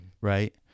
right